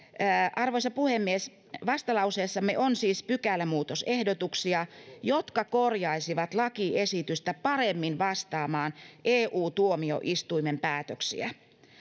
arvoisa puhemies vastalauseessamme on siis pykälämuutosehdotuksia jotka korjaisivat lakiesitystä vastaamaan paremmin eu tuomioistuimen päätöksiä